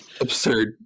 absurd